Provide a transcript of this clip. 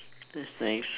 that's nice